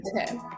Okay